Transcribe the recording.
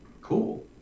cool